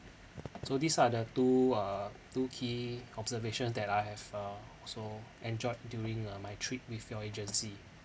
so these are the two uh two key observations that I have uh also enjoyed during uh my trip with your agency